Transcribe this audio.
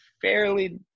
fairly